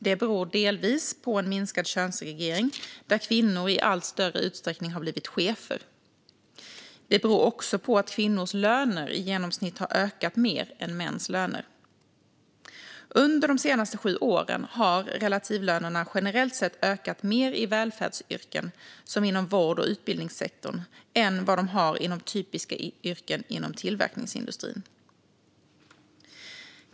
Det beror delvis på en minskad könssegregering, där kvinnor i allt större utsträckning har blivit chefer. Det beror också på att kvinnors löner i genomsnitt har ökat mer än mäns löner. Under de senaste sju åren har relativlönerna generellt sett ökat mer i välfärdsyrken, som inom vårdsektorn och utbildningssektorn, än inom typiska yrken inom tillverkningsindustrin.